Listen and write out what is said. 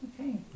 Okay